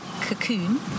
cocoon